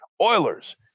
Oilers